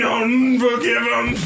unforgiven